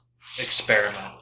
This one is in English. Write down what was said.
experiment